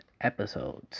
episodes